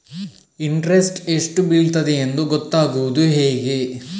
Interest ಎಷ್ಟು ಬೀಳ್ತದೆಯೆಂದು ಗೊತ್ತಾಗೂದು ಹೇಗೆ?